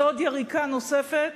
זו עוד יריקה נוספת